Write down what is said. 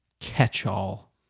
catch-all